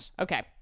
okay